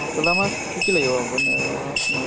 ক'লা মাছ কি কি লাগিব আপোনাক